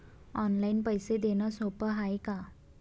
Online पैसे देण सोप हाय का?